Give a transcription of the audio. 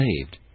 saved